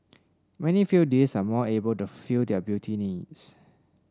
many feel these are more able to fulfil their beauty needs